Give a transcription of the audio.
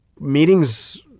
meetings